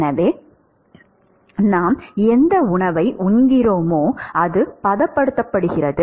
எனவே நாம் எந்த உணவை உண்ணுகிறோமோ அது பதப்படுத்தப்படுகிறது